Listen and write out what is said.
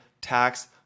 tax